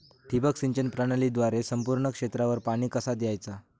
ठिबक सिंचन प्रणालीद्वारे संपूर्ण क्षेत्रावर पाणी कसा दयाचा?